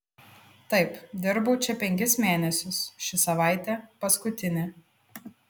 taip dirbau čia penkis mėnesius ši savaitė paskutinė